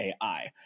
AI